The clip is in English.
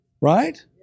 Right